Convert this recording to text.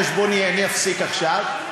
הנה, על חשבוני, אני אפסיק עכשיו.